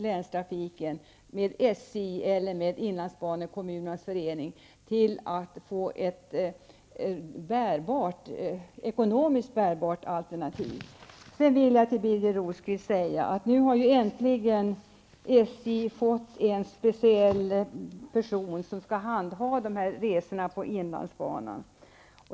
Länstrafiken måste komma överens med Sedan vill jag säga till Birger Rosqvist, att nu har SJ äntligen fått en speciell person som skall handha resorna på inlandsbanan.